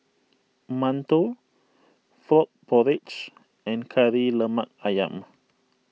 Mantou Frog Porridge and Kari Lemak Ayam